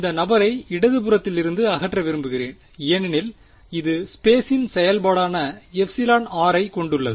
இந்த நபரை இடது புறத்திலிருந்து அகற்ற விரும்புகிறேன் ஏனெனில் இது ஸ்பேஸின் செயல்பாடான r ஐ கொண்டுள்ளது